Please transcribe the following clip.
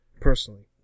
personally